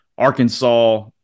Arkansas